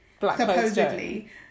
supposedly